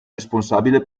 responsabile